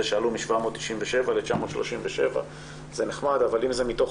זה שעלו מ-797 ל-937 זה נחמד אבל אם זה מתוך